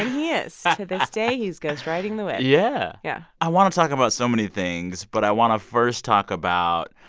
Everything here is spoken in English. and he is to this day, he's ghost riding the whip yeah yeah i want to talk about so many things, but i want to first talk about,